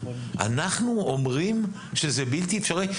אנחנו אומרים שזה בלתי אפשרי?